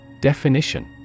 Definition